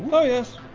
oh yes.